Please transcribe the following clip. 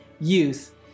youth